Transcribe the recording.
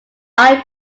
eye